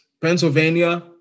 Pennsylvania